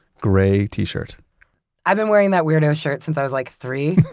grey t-shirt i've been wearing that weirdo shirt since i was like, three.